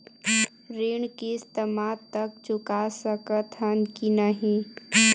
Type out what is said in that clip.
ऋण किस्त मा तक चुका सकत हन कि नहीं?